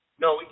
No